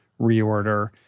reorder